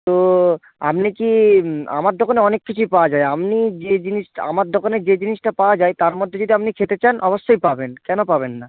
তো আপনি কি আমার দোকানে অনেক কিছুই পাওয়া যায় আপনি যেই জিনিসটা আমার দোকানে যে জিনিসটা পাওয়া যায় তার মধ্যে যদি আপনি খেতে চান অবশ্যই পাবেন কেন পাবেন না